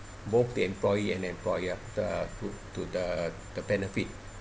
both the employee and employer the good to the the benefit